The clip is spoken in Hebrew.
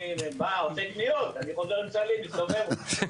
עושה קניות, מסתובב עם סלים.